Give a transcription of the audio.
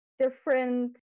different